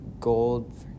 gold